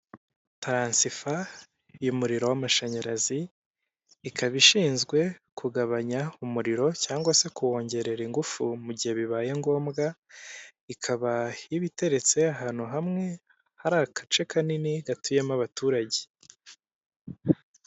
Taransifa y'umuriro w'amashanyarazi ikaba ishinzwe kugabanya umuriro cyangwa se kuwongerera ingufu mu gihe bibaye ngombwa, ikaba iba iteretse ahantu hamwe hari agace kanini gatuyemo abaturage.